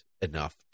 enough